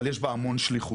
אבל יש בה המון שליחות.